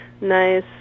nice